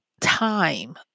time